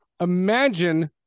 imagine